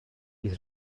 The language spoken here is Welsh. bydd